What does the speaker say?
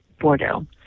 Bordeaux